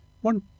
One